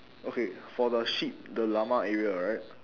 okay for the sheep the llama area right